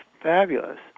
fabulous